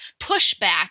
pushback